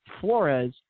Flores